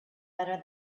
better